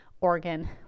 organ